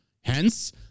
Hence